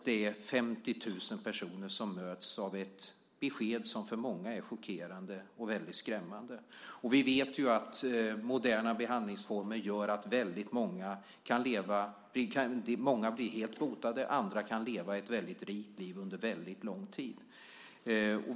Det är 50 000 personer som möts av ett besked som för många är chockerande och väldigt skrämmande. Vi vet att moderna behandlingsformer gör att väldigt många blir helt botade och andra kan leva ett väldigt rikt liv under väldigt lång tid.